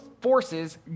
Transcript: forces